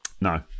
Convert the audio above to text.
No